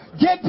get